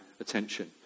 attention